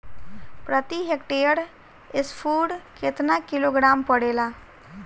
प्रति हेक्टेयर स्फूर केतना किलोग्राम पड़ेला?